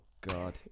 god